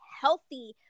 healthy